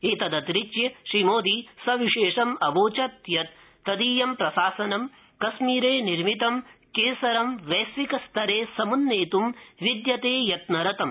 ििदतिरच्च श्रीमोदी सविशेष अवोचत् यत् तदीय प्रशासनं कश्मीर निर्मितं केसरं वश्मिक स्तरे समुन्नेत् विद्यते यत्नरतम्